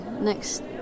next